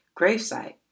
gravesite